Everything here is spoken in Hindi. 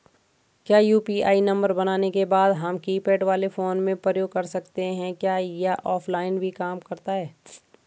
क्या यु.पी.आई नम्बर बनाने के बाद हम कीपैड वाले फोन में प्रयोग कर सकते हैं क्या यह ऑफ़लाइन भी काम करता है?